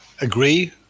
agree